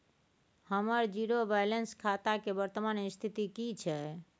हमर zero balance खाता के वर्तमान स्थिति की छै?